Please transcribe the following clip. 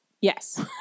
Yes